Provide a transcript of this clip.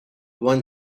one